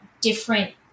different